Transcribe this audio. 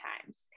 times